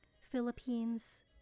Philippines